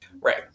Right